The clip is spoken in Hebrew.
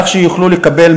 כך שיוכלו לקבל